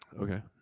okay